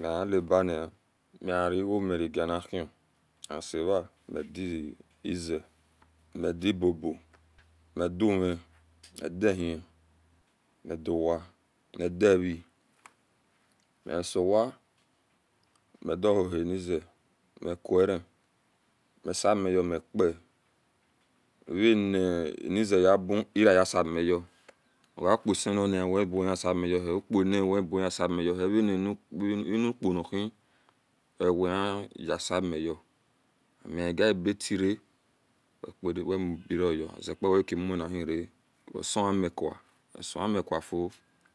Mehalabani miariga miragenihn miasea midi-ize midi-bow-bow midi-uhi midi-ehi midiwa mi dievie mihisowa midianho-whani ize miku re misami ye mipae vanini-ize uyibu iroayi simiyo ogauku ise nina wino buwe hiye simiyo hie upu enio wo ebuwe hiye simyone ununihi owehiya simiyo amigaeabatire ebere yo azepa wevaka munahire, wesiamicoa we siamicofio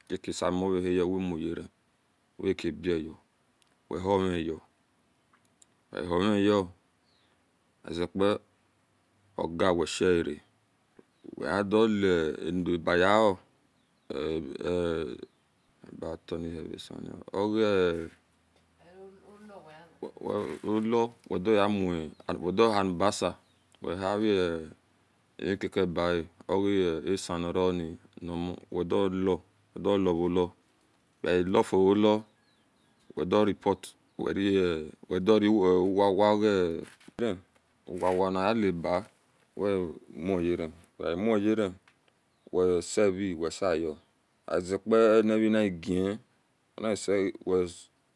wekasi mioyaihiye wemuyara urakabiou we humiyo wehumiyo ozepa oga weshoara wehidolaba hio mira a baya tronihi esan o ohia ogola wedihilibasa wehi emikake ba-a ogia esan nio ni wedioren wawa ohimi uwawani yeleba wemuyirn wesiere wesiyo azeka anive nogan